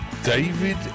David